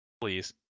Please